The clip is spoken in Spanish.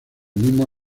mismo